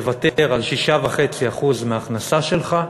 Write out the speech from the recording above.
תוותר על 6.5% מההכנסה שלך,